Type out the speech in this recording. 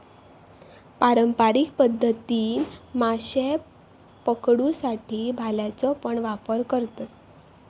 पारंपारिक पध्दतीन माशे पकडुसाठी भाल्याचो पण वापर करतत